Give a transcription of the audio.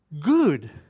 good